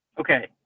Okay